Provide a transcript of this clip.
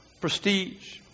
prestige